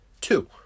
Two